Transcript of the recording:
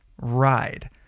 ride